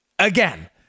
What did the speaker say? Again